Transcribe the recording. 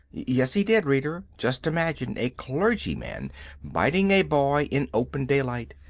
yes, he did, reader. just imagine a clergyman biting a boy in open daylight!